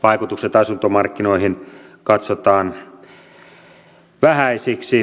vaikutukset asuntomarkkinoihin katsotaan vähäisiksi